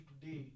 today